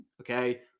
okay